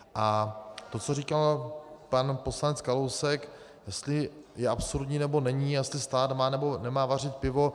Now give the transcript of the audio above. A to, co říkal pan poslanec Kalousek, jestli je absurdní, nebo není, jestli stát má, nebo nemá vařit pivo.